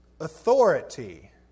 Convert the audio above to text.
authority